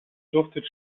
duftet